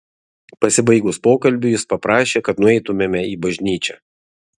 pasibaigus pokalbiui jis paprašė kad nueitumėme į bažnyčią